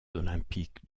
olympiques